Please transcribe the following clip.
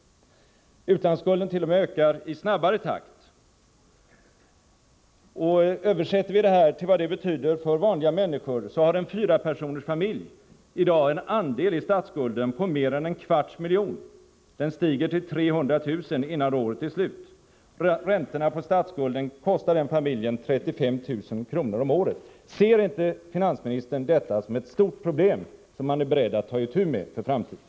Utlandsskulden ökar t.o.m. i snabbare takt. Översätter vi det här till vad det betyder för vanliga människor, innebär det att en fyrapersoners familj i dag har en andel i statsskulden på mer än en kvarts miljon. Den stiger till 300 000 kr. innan året är slut. Räntorna på statsskulden kostar en sådan familj 35 000 kr. om året. Ser inte finansministern detta som ett stort problem som han är beredd att ta itu med inför framtiden?